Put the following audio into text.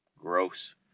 Gross